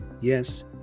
Yes